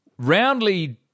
Roundly